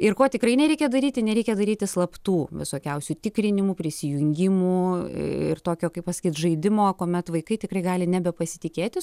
ir ko tikrai nereikia daryti nereikia daryti slaptų visokiausių tikrinimų prisijungimų ir tokio kaip pasakyt žaidimo kuomet vaikai tikrai gali nebepasitikėti